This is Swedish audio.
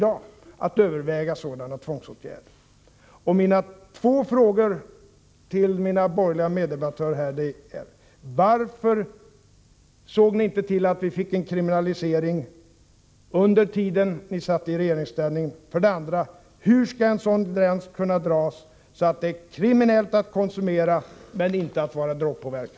Jag vill ställa två frågor till mina borgerliga meddebattörer: Varför såg ni inte till att få till stånd en kriminalisering under den tid ni satt i regeringsställning? Hur skall en sådan gräns kunna dras att det är kriminellt att konsumera narkotika men inte att vara drogpåverkad?